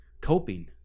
coping